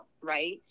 right